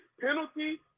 penalty